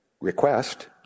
request